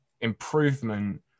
improvement